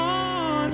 on